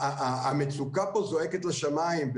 המצוקה פה זועקת לשמיים,